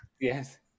Yes